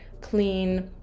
clean